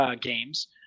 games